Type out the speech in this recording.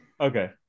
Okay